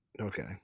Okay